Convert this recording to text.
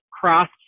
cross